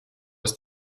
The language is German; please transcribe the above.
ist